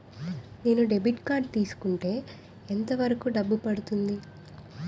నేను debit card తీసుకుంటే ఎంత వరకు డబ్బు పడుతుంది?